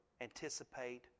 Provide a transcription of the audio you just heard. anticipate